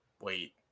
Wait